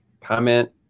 Comment